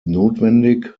notwendig